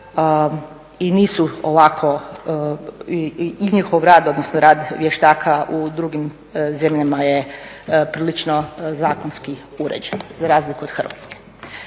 i nisu ovako i njihov rad, odnosno rad vještaka u drugim zemljama je prilično zakonski uređen za razliku od Hrvatske.